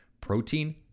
Protein